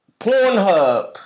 Pornhub